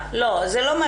זה מה שקורה בדרך כלל.